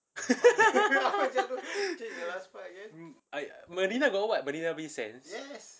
marina got what marina bay sands